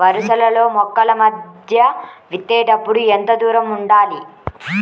వరసలలో మొక్కల మధ్య విత్తేప్పుడు ఎంతదూరం ఉండాలి?